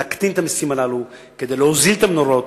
להקטין את המסים הללו כדי להוזיל את הנורות.